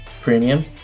premium